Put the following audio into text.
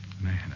Man